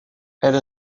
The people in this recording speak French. elle